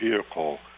vehicle